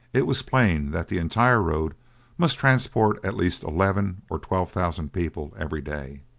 it was plain that the entire road must transport at least eleven or twelve thousand people every day.